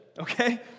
okay